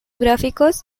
gráficos